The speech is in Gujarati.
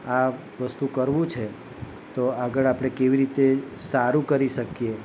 આ વસ્તુ કરવું છે તો આગળ આપણે કેવી રીતે સારું કરી શકીએ